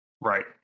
Right